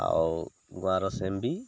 ଆଉ ଗୁଆଁର ସେମ୍ବି